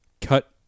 Cut